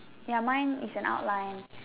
ya mine is an outline